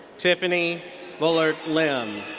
tiffany volerk lim.